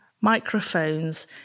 microphones